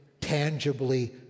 tangibly